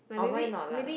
oh mine not lah